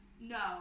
No